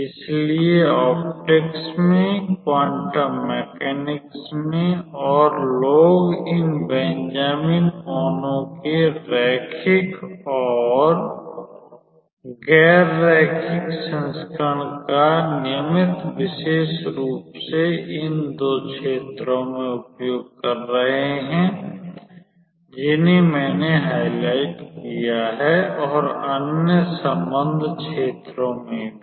इसलिए प्रकाशिकी में क्वांटम यांत्रिकी में और लोग इन बेंजामिन ओनो के रैखिक और गैर रैखिक संस्करण का नियमित विशेष रूप से इन दो क्षेत्रों में उपयोग कर रहे हैं जिन्हें मैंने हाइलाइट किया है और अन्य संबद्ध क्षेत्रों में भी